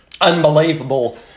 unbelievable